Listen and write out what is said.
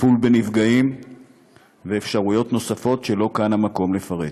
טיפול בנפגעים ואפשרויות נוספות שלא כאן המקום לפרט.